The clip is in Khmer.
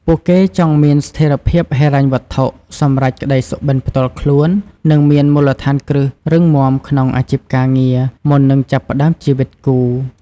ពួកគេចង់មានស្ថិរភាពហិរញ្ញវត្ថុ សម្រេចក្ដីសុបិនផ្ទាល់ខ្លួន និងមានមូលដ្ឋានគ្រឹះរឹងមាំក្នុងអាជីពការងារ មុននឹងចាប់ផ្ដើមជីវិតគូ។